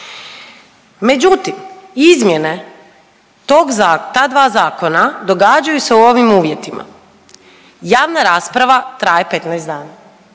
Međutim, izmjene tog, ta dva zakona događaju se u ovim uvjetima, javna rasprava traje 15 dana,